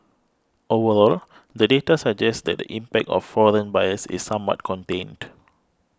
overall the data suggests that the impact of foreign buyers is somewhat contained